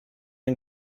and